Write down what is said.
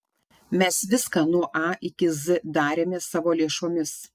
mes viską nuo a iki z darėme savo lėšomis